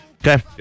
Okay